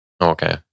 okay